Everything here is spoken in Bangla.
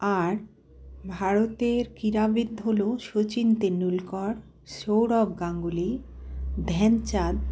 আর ভারতের ক্রীড়াবিদ হলো শচীন তেন্ডুলকর সৌরভ গাঙ্গুলি ধ্যানচাঁদ